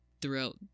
throughout